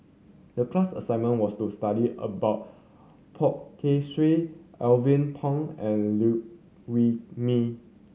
the class assignment was to study about Poh Kay Swee Alvin Pang and Liew Wee Mee